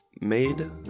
made